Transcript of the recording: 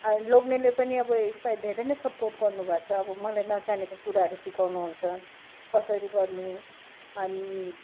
लोग्नेले पनि अब यसमा धेरै नै सपोर्ट गर्नुभएको छ अब मलाई नजानेको कुराहरू सिकाउनुहुन्छ कसरी गर्ने अनि